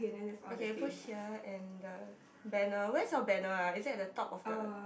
okay push here and the banner where's your banner ah is it at the top of the